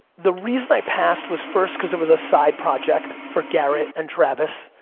the reason i passed was, first, cause it was a side project for garrett and travis,